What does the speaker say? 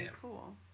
cool